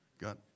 Got